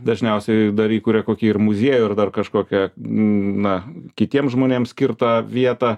dažniausiai dar įkuria kokį ir muziejų ar dar kažkokią na kitiem žmonėms skirtą vietą